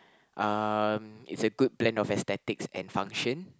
um it's a good blend of aesthetics and function